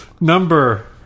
Number